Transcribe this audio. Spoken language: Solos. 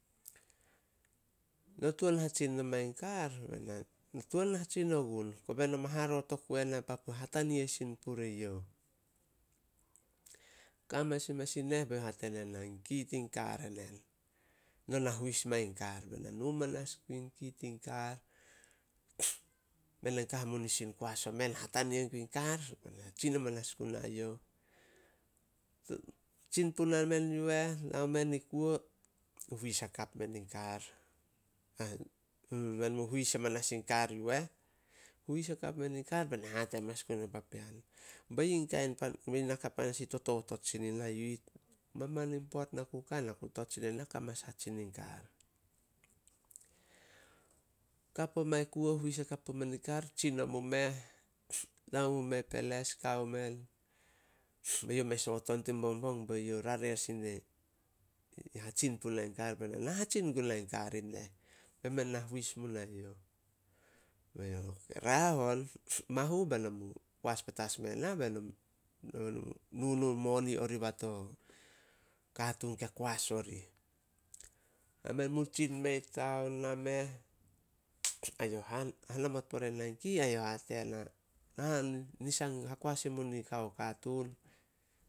"No tuan hatsin nomai kar?" Bai na, "Na tuan hatsin ogun, kobe no ma haroot oku ena papu hatania sin puri youh." Ka manas in mes in neh bai youh hate nena, "Ki tin kar enen, no na hius main kar." Bai na nu manas gun ki tin kar, men ai kan hamunisin koas omen, hatania guin kar, hatsin a manas gun ai youh. Tsin puna men yu eh, nao men i kuo, men huis amanas men in kar yu eh. Huis hakap men in kar be na hate amanas gun o papen. Bei naka panas i totot sin i na yu ih. Maman in poat na ku ka, na ku tot sin panas ena ka mes hatsin i kar. Kap omai kuo, huis hakap pumen in kar, tsin omu meh, nao mu meh peles, kao men. Be youh me soot on tin bongbong, be youh rare sin i hatsin punai kar, bena, "Na hatsin gunai kar ti neh, be men na huis mu nai youh." "Raeh on, mahu be no mu koas petas me na be no mu nunu moni a to katun ke koas orih." A men mu tsin meh i taon, nameh, ai youh ha- hanamot pore nai key ai youh hate na, "Hakoas munika o katun."